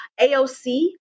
AOC